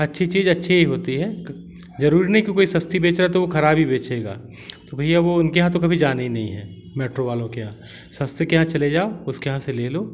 अच्छी चीज़ अच्छी ही होती है ज़रूरी नहीं कि कोई सस्ती बेच रहा तो वह ख़राब ही बेचेगा तो भैया वह उनके यहाँ तो कभी जाना ही नहीं है मेट्रों वालों के यहाँ सस्ते के यहाँ चले जाओ उसके यहाँ से ले लो